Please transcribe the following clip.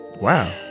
wow